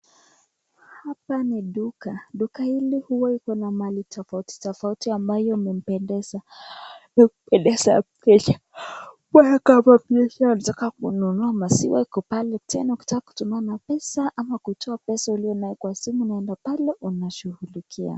Hapa ni duka , duka hili huwa Iko na vitu tafauti tafauti hiyo inapendesa ukitaka kutoa pesa ama ukitaka kununua maziwa ama kutumana pesa ama kutoka pesa uliokonaye Kwa simu unaenda pale unashughulikia.